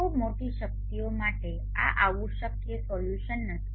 ખૂબ મોટી શક્તિઓ માટે આ આવું શક્ય સોલ્યુશન નથી